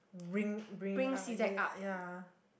bring bring it up ah yeah yeah